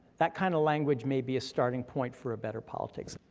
that kinda language may be a starting point for a better politics.